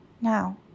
Now